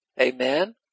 Amen